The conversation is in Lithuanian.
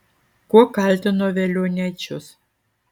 kuo kaltino veliuoniečius